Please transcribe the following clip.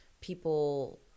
people